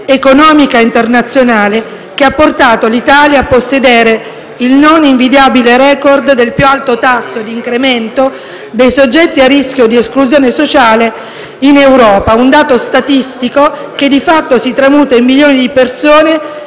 economica internazionale che ha portato l'Italia a possedere il non invidiabile *record* del più alto tasso di incremento dei soggetti a rischio di esclusione sociale in Europa (un dato statistico che - di fatto - si tramuta in milioni di persone